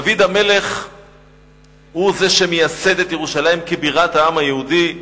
דוד המלך הוא זה שמייסד את ירושלים כבירת העם היהודי,